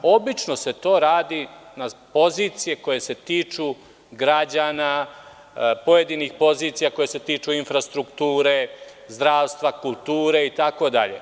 Obično se to radi na pozicijama koje se tiču građana, pojedinih pozicija koje se tiču infrastrukture, zdravstva, kulture itd.